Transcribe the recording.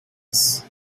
was